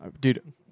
Dude